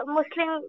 Muslim